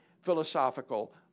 philosophical